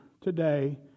today